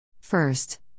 First